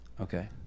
Okay